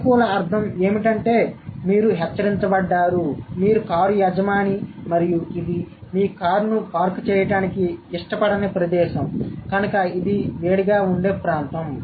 సానుకూల అర్ధం ఏమిటంటే మీరు హెచ్చరించబడ్డారు మీరు కారు యజమాని మరియు ఇది మీ కారును పార్క్ చేయడానికి ఇష్టపడని ప్రదేశం కనుక ఇది వేడిగా ఉండే ప్రాంతం